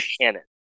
canon